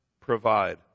provide